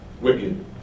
wicked